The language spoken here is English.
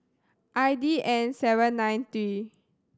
I D N seven nine three